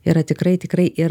yra tikrai tikrai ir